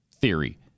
theory